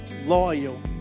loyal